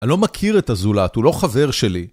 אני לא מכיר את הזולת, הוא לא חבר שלי